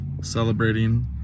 celebrating